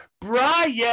Brian